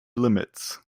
limits